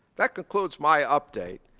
that concludes my update.